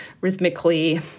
rhythmically